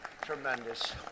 tremendous